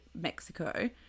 mexico